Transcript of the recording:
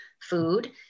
food